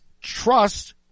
trust